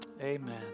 Amen